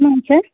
ம் சார்